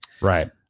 Right